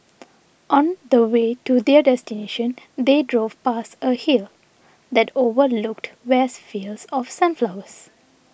on the way to their destination they drove past a hill that overlooked vast fields of sunflowers